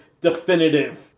definitive